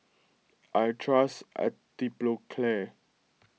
I trust Atopiclair